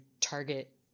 target